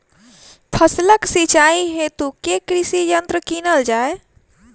फसलक सिंचाई हेतु केँ कृषि यंत्र कीनल जाए?